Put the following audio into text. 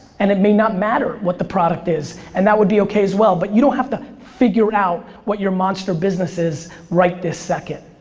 and it may not matter what the product is. and that would be okay as well. but you don't have to figure out what your monster business is right this second.